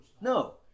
No